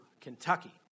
Kentucky